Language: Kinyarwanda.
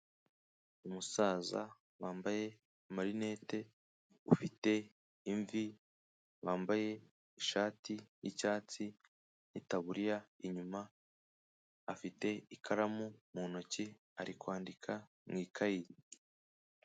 Umusaza wambaye amarinete, ufite imvi, wambaye ishati y'icyatsi n'itaburiya inyuma, afite ikaramu mu ntoki, ari kwandika mu ikaye.